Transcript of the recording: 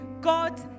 God